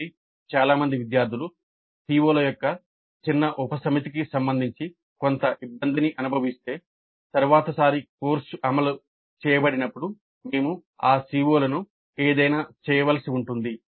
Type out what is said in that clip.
కాబట్టి చాలా మంది విద్యార్థులు CO ల యొక్క చిన్న ఉపసమితికి సంబంధించి కొంత ఇబ్బందిని అనుభవిస్తే తరువాతిసారి కోర్సు అమలు చేయబడినప్పుడు మేము ఆ CO లను ఏదైనా చేయవలసి ఉంటుంది